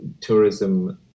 tourism